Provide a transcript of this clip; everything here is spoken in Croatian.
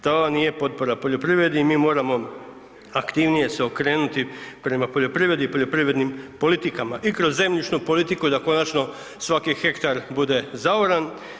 To nije potpora poljoprivredi i mi moramo aktivnije se okrenuti prema poljoprivredi i prema poljoprivrednim politikama i kroz zemljišnu politiku da konačno svaki hektar bude zaoran.